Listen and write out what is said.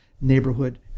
neighborhood